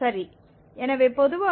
சரி எனவே பொதுவாக xk1xk fxkfxk